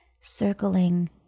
circling